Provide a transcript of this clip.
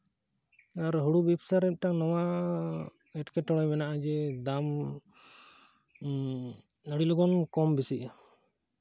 ᱟᱨ ᱦᱩᱲᱩ ᱵᱮᱵᱽᱥᱟ ᱨᱮ ᱢᱤᱫᱴᱟᱱ ᱱᱚᱣᱟ ᱮᱸᱴᱠᱮᱴᱚᱬᱮ ᱢᱮᱱᱟᱜᱼᱟ ᱡᱮ ᱫᱟᱢ ᱟᱹᱰᱤ ᱞᱚᱜᱚᱱ ᱠᱚᱢ ᱵᱮᱥᱤᱜᱼᱟ